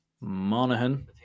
Monaghan